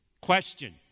Question